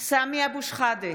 סמי אבו שחאדה,